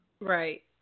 Right